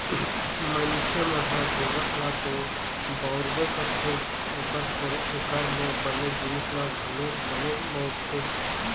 मनखे मन ह गोरस ल तो बउरबे करथे ओखर छोड़े एखर ले बने जिनिस ल घलोक बनेच बउरथे